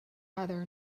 other